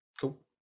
cool